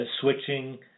switching